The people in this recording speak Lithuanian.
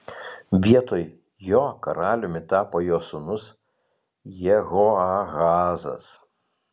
vietoj jo karaliumi tapo jo sūnus jehoahazas